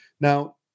Now